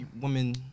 women